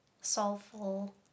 soulful